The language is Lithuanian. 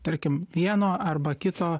tarkim vieno arba kito